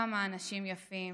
כמה אנשים יפים,